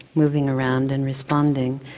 moving around and responding,